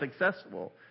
accessible